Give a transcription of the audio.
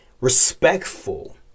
respectful